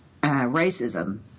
racism